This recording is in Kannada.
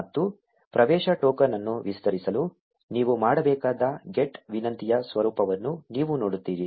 ಮತ್ತು ಪ್ರವೇಶ ಟೋಕನ್ ಅನ್ನು ವಿಸ್ತರಿಸಲು ನೀವು ಮಾಡಬೇಕಾದ GET ವಿನಂತಿಯ ಸ್ವರೂಪವನ್ನು ನೀವು ನೋಡುತ್ತೀರಿ